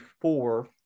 four